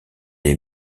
est